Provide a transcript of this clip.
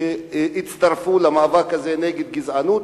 שהצטרפו למאבק הזה נגד גזענות.